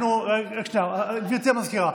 גבירתי המזכירה,